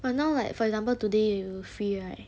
but now like for example today you free right